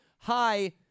Hi